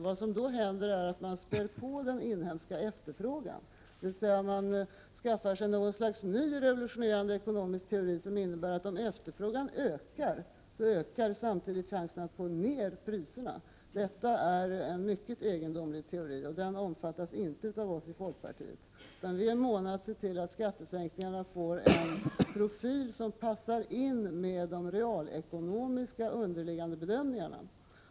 Vad som då händer är att man spär på den inhemska efterfrågan, dvs. man skaffar sig något slags ny revolutionerande ekonomisk teori som innebär att om efterfrågan ökar så ökar samtidigt chanserna att få ner priserna. Detta är en mycket egendomlig teori. Den omfattas inte av oss i folkpartiet. Vi är i stället måna om att se till att skattesänkningarna får en profil som passar ihop med de realekonomiska underliggande bedömningarna.